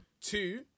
Two